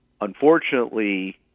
unfortunately